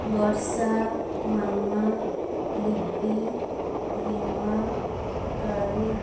ବର୍ଷା ମାମା ଲିପି ରିମା କାଳୁ